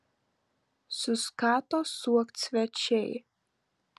suskato suokt svečiai